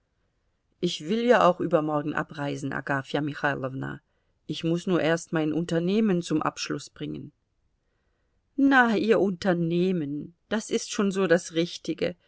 ich will ja auch übermorgen abreisen agafja michailowna ich muß nur erst mein unternehmen zum abschluß bringen na ihr unternehmen das ist schon so das richtige